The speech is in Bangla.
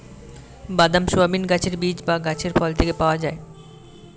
বাদাম, সয়াবিন গাছের বীজ বা গাছের ফল থেকে পাওয়া যায়